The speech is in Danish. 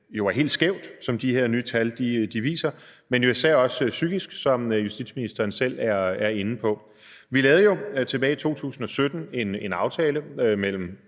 jo er helt skævt, som de her nye tal jo viser, men jo især også psykisk, som justitsministeren selv er inde på. Vi lavede jo tilbage i 2017 en aftale mellem